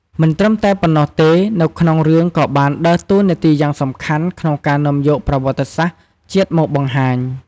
មិនត្រឹមតែប៉ុណ្ណោះទេ នៅក្នុងរឿងក៏បានដើរតួរនាទីយ៉ាងសំខាន់ក្នុងការនាំយកប្រវត្តិសាស្ត្រជាតិមកបង្ហាញ ។